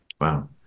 wow